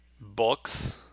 books